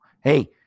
Hey